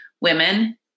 women